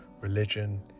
religion